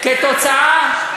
בוא ונקרא את החוק.